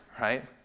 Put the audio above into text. right